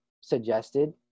suggested